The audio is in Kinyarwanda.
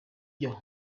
byo